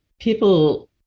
People